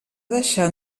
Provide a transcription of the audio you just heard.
deixar